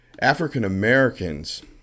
African-Americans